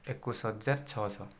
ଏକୋଇଶ ହଜାର ଛଅଶହ